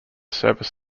service